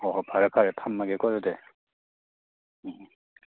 ꯍꯣꯏ ꯍꯣꯏ ꯐꯔꯦ ꯐꯔꯦ ꯊꯝꯃꯒꯦꯀꯣ ꯑꯗꯨꯗꯤ ꯎꯝ ꯎꯝ